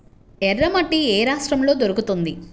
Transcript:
ఎర్రమట్టి ఏ రాష్ట్రంలో దొరుకుతుంది?